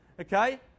Okay